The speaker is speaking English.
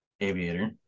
aviator